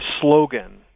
slogan